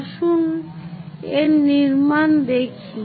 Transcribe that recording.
আসুন এর নির্মাণ দেখি